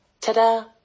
Ta-da